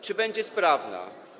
Czy będzie sprawna?